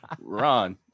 ron